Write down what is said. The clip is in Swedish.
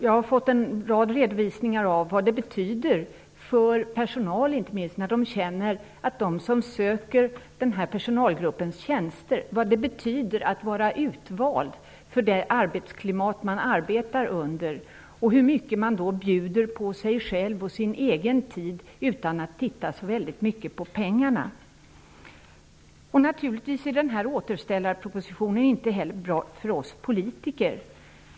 Jag har fått en rad redovisningar om vad det betyder för inte minst personal när man känner sig utvald av dem som söker denna personalgrupps tjänster. Det betyder mycket för det arbetsklimat som man arbetar under. Det bidrar till att man bjuder på sig själv och sin egen tid utan att titta så mycket på pengarna. Denna återställarproposition är naturligtvis inte heller bra för oss politiker.